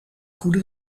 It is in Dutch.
goede